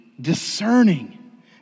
discerning